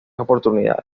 oportunidades